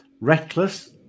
reckless